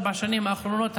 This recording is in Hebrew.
ארבע השנים האחרונות,